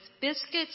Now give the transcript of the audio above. biscuits